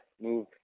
move